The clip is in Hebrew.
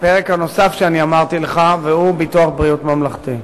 הפרק הנוסף שאמרתי לך, והוא ביטוח בריאות ממלכתי,